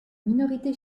minorité